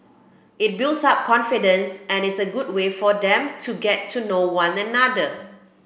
it builds up confidence and is a good way for them to get to know one another